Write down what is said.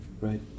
Right